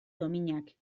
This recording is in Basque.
dominak